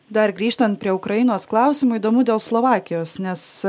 dar grįžtant prie ukrainos klausimo įdomu dėl slovakijos nes